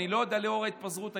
לאור ההתפזרות,